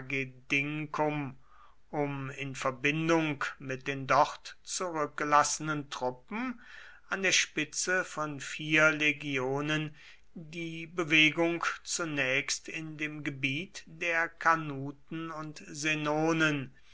agedincum um in verbindung mit den dort zurückgelassenen truppen an der spitze von vier legionen die bewegung zunächst in dem gebiet der carnuten und senonen